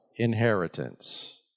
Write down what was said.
inheritance